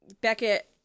Beckett